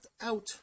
out